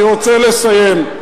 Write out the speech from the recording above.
אני רוצה לסיים.